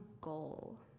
goal